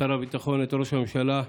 שר הביטחון, ראש הממשלה,